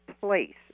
place